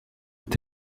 est